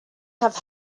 have